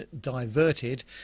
diverted